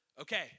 okay